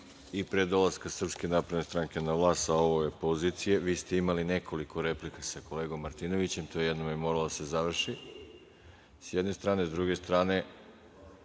i pre dolaska Srpske napredne stranke na vlast sa ove pozicije. Vi ste imali nekoliko replika sa kolegom Martinovićem. To je jednom moralo da se završi, sa jedne strane. Sa druge strane,